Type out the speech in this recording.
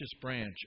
branch